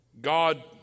God